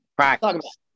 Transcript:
Practice